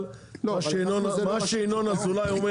אבל מה שינון אזולאי אומר